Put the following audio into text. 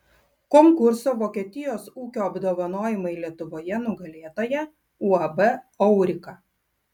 konkurso vokietijos ūkio apdovanojimai lietuvoje nugalėtoja uab aurika